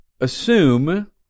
assume